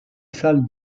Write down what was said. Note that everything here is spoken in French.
salle